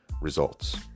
results